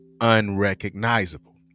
unrecognizable